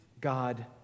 God